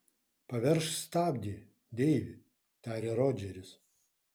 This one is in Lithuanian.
paveržk stabdį deivi tarė rodžeris